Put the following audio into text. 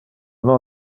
non